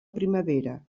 primavera